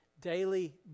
daily